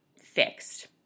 fixed